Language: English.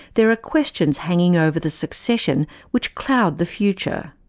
there are questions hanging over the succession which cloud the future.